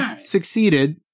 succeeded